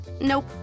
Nope